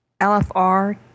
LFR